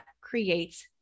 creates